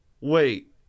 Wait